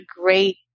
great